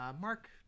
mark